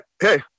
Hey